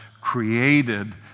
created